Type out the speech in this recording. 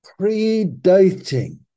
predating